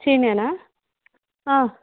ಚೀನ್ಯನಾ ಆಂ